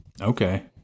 Okay